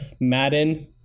Madden